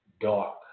dark